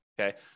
okay